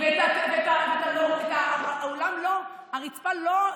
הרצפה לא,